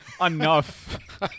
enough